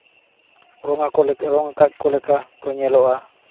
ᱨᱚᱝ ᱟᱠᱚ ᱞᱮᱠᱟ ᱨᱚᱝ ᱟᱠᱟᱜ ᱠᱚ ᱞᱮᱠᱟ ᱠᱚ ᱧᱮᱞᱚᱜᱼᱟ